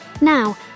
Now